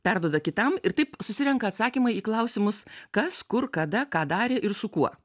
perduoda kitam ir taip susirenka atsakymai į klausimus kas kur kada ką darė ir su kuo